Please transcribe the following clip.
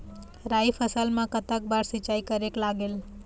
राई फसल मा कतक बार सिचाई करेक लागेल?